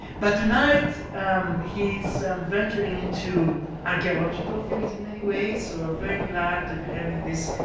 but tonight um he's um venturing into archaeological fields in many ways. so we're very glad to be having this